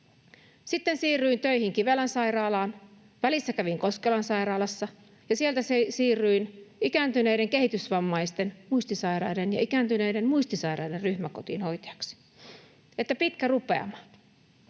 Sitten siirryin töihin Kivelän sairaalaan, välissä kävin Koskelan sairaalassa, ja sieltä siirryin ikääntyneiden kehitysvammaisten, muistisairaiden ja ikääntyneiden muistisairaiden ryhmäkotiin hoitajaksi. Eli pitkä rupeama.